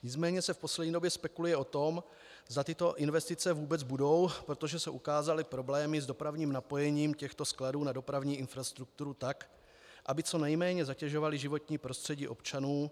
Nicméně se v poslední době spekuluje o tom, zda tyto investice vůbec budou, protože se ukázaly problémy s dopravním napojením těchto skladů na dopravní infrastrukturu tak, aby co nejméně zatěžovaly životní prostředí občanů.